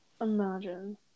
imagine